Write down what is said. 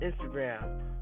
Instagram